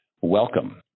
Welcome